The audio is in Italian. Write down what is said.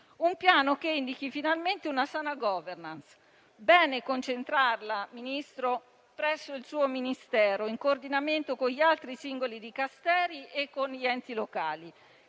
un Piano che indichi finalmente una sana *governance*. Ritengo positivo concentrarla, signor Ministro, presso il suo Ministero in coordinamento con gli altri singoli Dicasteri e con gli enti locali.